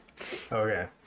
Okay